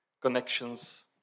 connections